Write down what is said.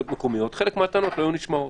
מקומיות - חלק מהטענות לא היו נשמעות.